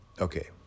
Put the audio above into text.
Okay